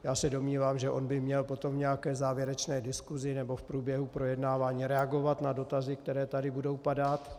Já se domnívám, že on by měl potom v nějaké závěrečné diskusi nebo v průběhu projednávání reagovat na dotazy, které tady budou padat.